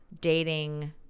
dating